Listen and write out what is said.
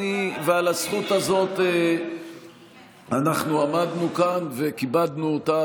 ועל הזכות הזאת אנחנו עמדנו כאן וכיבדנו אותה,